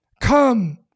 come